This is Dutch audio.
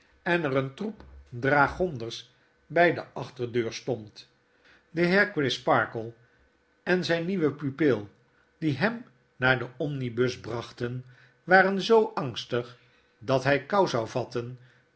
en er een troep dragonders by de achterdeur stond de heer crisparkle en zijn nieuwe pupil die hem naar den omnibus brachten waren zoo angstig dat hy kou zou vatten